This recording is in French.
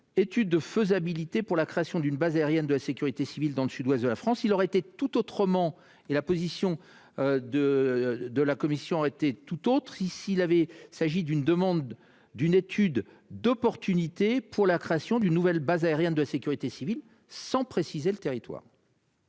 étude de faisabilité pour la création d'une base aérienne de la sécurité civile, dans le Sud-Ouest de la France. Il aurait été tout autrement. Et la position. De de la commission aurait été tout autre. Il s'il avait s'agit d'une demande d'une étude d'opportunité pour la création d'une nouvelle base aérienne de sécurité civile, sans préciser le territoire.